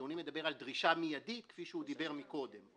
אדוני מדבר על דרישה מידית כפי שהוא דיבר קודם.